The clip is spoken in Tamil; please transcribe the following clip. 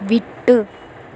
விட்டு